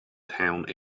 town